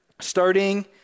starting